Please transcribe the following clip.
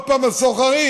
עוד פעם, הסוחרים.